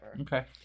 Okay